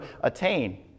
attain